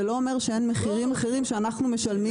זה לא אומר שאין מחירים אחרים שאנחנו משלמים כציבור.